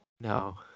no